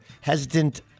hesitant